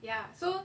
ya so